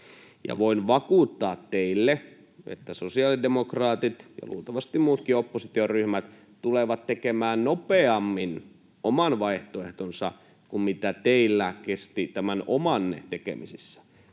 Voin vakuuttaa teille, että sosiaalidemokraatit ja luultavasti muutkin oppositioryhmät tulevat tekemään nopeammin oman vaihtoehtonsa kuin mitä teillä kesti tämän omanne tekemisessä